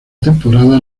temporada